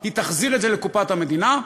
היא תחזיר את זה לקופת המדינה,